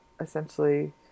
essentially